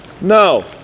No